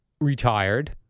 retired